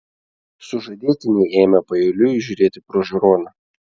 sužadėtiniai ėmė paeiliui žiūrėti pro žiūroną